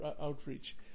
outreach